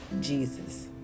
jesus